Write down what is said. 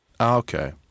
Okay